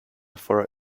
for